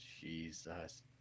Jesus